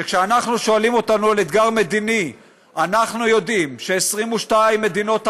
שכששואלים אותנו על אתגר מדיני אנחנו יודעים ש-22 מדינות ערב,